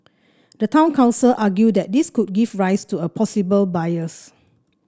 the town council argued that this could give rise to a possible bias